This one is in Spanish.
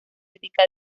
crítica